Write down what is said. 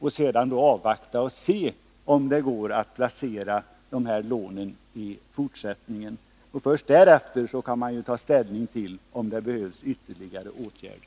Vi vill avvakta och se om det går att placera dessa lån i fortsättningen. Först därefter kan man ta ställning till om det behövs ytterligare åtgärder.